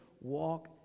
walk